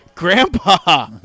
grandpa